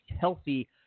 healthy –